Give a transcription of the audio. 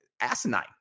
asinine